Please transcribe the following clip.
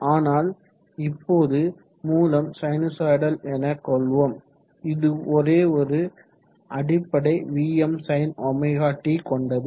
ஆனால் இப்போது மூலம் சைனுசொய்டல் என கொள்வோம் இது ஒரேயொரு அடிப்படை Vmsinωt கொண்டது